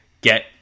get